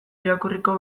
irakurriko